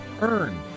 Earn